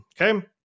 okay